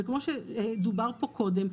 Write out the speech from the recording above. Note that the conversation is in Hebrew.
וכמו שדובר פה קודם,